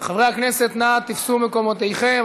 חברי הכנסת, נא תפסו מקומותיכם.